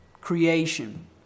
creation